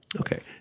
Okay